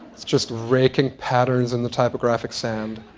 it's just raking patterns in the typographic sand.